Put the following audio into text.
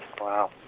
Wow